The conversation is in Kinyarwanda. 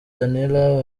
daniella